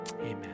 Amen